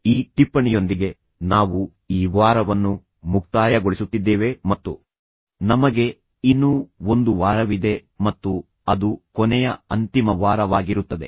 ಈ ಟಿಪ್ಪಣಿಯೊಂದಿಗೆ ನಾವು ಈ ವಾರವನ್ನು ಮುಕ್ತಾಯಗೊಳಿಸುತ್ತಿದ್ದೇವೆ ಮತ್ತು ನಮಗೆ ಇನ್ನೂ ಒಂದು ವಾರವಿದೆ ಮತ್ತು ಅದು ಕೊನೆಯ ಅಂತಿಮ ವಾರವಾಗಿರುತ್ತದೆ